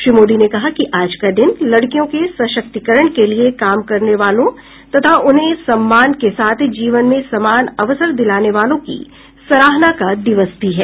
श्री मोदी ने कहा कि आज का दिन लडकियों के सशक्तिकरण के लिए काम करने वालों तथा उन्हें सम्मान के साथ जीवन में समान अवसर दिलाने वालों की सराहना का दिवस भी है